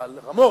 נאמר על רמות.